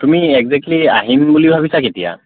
তুমি একজেকটলি আহিম বুলি ভাবিছা কেতিয়া